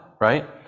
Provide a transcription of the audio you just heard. right